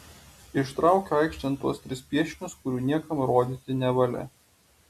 ištraukiu aikštėn tuos tris piešinius kurių niekam rodyti nevalia